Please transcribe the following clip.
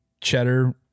cheddar